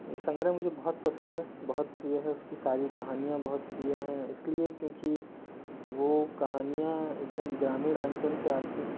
ये संग्रह मुझे बहुत पसंद है बहुत प्रिय है उसकी सारी कहानियाँ बहुत प्रिय है इसलिए क्योंकि वो कहानियाँ एक दम ग्रामीण आंचल से आती हैं